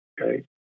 Okay